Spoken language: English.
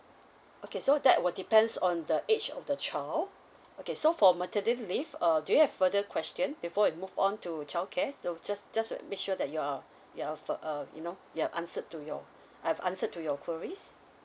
okay so that will depends on the age of the child okay so for maternity leave uh do you have further question before we move on to childcare so just just make sure that you're you're for uh you know your answer to your I've answered to your queries